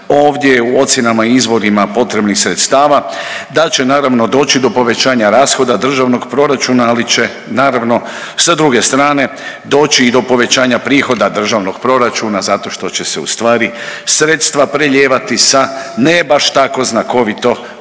ovdje u ocjenama i izvorima potrebnih sredstava da će naravno doći do povećanja rashoda državnog proračuna, ali će naravno sa druge strane doći i do povećanja prihoda državnog proračuna zato što će se ustvari sredstva preljevati sa ne baš tako znakovito bitnim